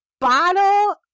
bottle